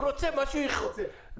הוא רוצה משהו ייחודי